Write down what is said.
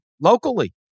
locally